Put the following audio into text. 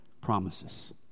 promises